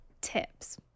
tips